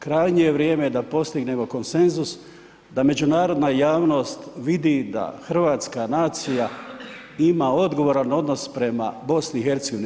Krajnje je vrijeme da postignemo konsenzus da međunarodna javnost vidi da hrvatska nacija ima odgovoran odnos prema BiH.